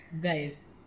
Guys